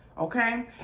Okay